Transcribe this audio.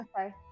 Okay